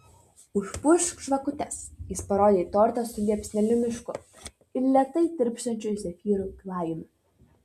užpūsk žvakutes jis parodė į tortą su liepsnelių mišku ir lėtai tirpstančiu zefyrų glajumi